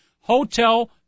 hotel